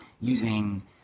using